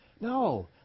No